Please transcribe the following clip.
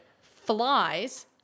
flies